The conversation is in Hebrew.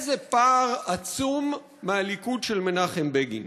איזה פער עצום מהליכוד של מנחם בגין,